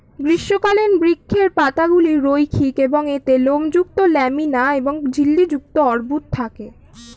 গ্রীষ্মকালীন বৃক্ষের পাতাগুলি রৈখিক এবং এতে লোমযুক্ত ল্যামিনা এবং ঝিল্লি যুক্ত অর্বুদ থাকে